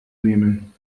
nehmen